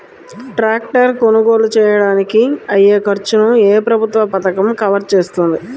Tractor కొనుగోలు చేయడానికి అయ్యే ఖర్చును ఏ ప్రభుత్వ పథకం కవర్ చేస్తుంది?